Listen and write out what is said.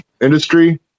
industry